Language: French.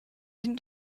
ligne